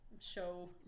show